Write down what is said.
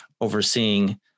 overseeing